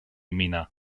mina